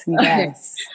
yes